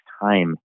time